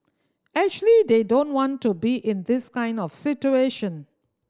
actually they don't want to be in this kind of situation